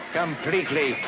completely